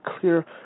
clear